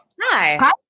Hi